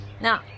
now